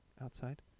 outside